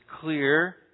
clear